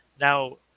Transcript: Now